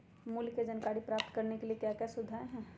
मूल्य के जानकारी प्राप्त करने के लिए क्या क्या सुविधाएं है?